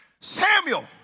Samuel